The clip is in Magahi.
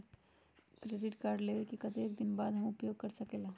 क्रेडिट कार्ड लेबे के कतेक दिन बाद हम उपयोग कर सकेला?